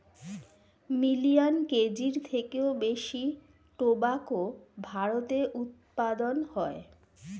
million কেজির থেকেও বেশি টোবাকো ভারতে উৎপাদন হয়